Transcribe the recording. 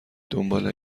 دنبال